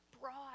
broad